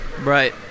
Right